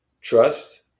trust